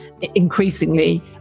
increasingly